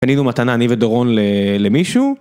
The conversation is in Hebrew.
קנינו מתנה, אני ודורון, למישהו...